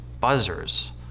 buzzers